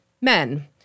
men